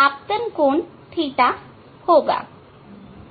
आपतन कोण ɵ होगा